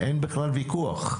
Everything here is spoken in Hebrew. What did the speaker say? אין בכלל ויכוח.